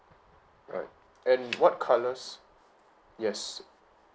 right and what colours yes